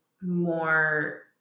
more